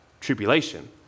tribulation